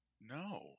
no